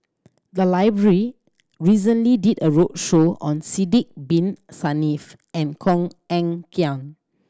the library recently did a roadshow on Sidek Bin Saniff and Koh Eng Kian